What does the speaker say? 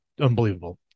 unbelievable